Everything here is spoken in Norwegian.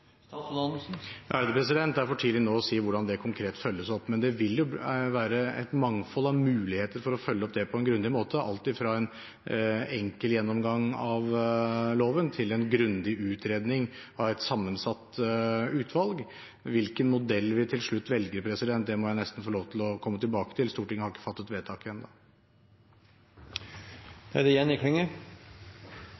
Det er for tidlig nå å si hvordan det konkret følges opp. Men det vil være et mangfold av muligheter for å følge opp det på en grundig måte, alt fra en enkel gjennomgang av loven til en grundig utredning av et sammensatt utvalg. Hvilken modell vi til slutt velger, må jeg nesten få lov til å komme tilbake til. Stortinget har ikke fattet vedtak